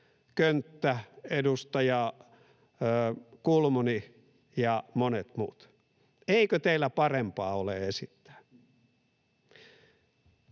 Könttä, edustaja Kulmuni ja monet muut: eikö teillä parempaa ole esittää?